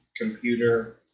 computer